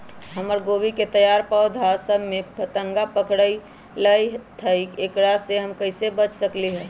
हमर गोभी के तैयार पौधा सब में फतंगा पकड़ लेई थई एकरा से हम कईसे बच सकली है?